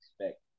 expect